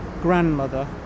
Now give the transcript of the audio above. grandmother